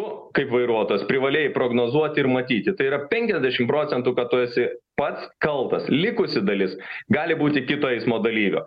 tu kaip vairuotojas privalėjo prognozuoti ir matyti tai yra penkiasdešimt procentų kad tu esi pats kaltas likusi dalis gali būti kito eismo dalyvio